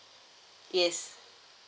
yes